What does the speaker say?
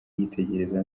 yitegereza